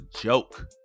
joke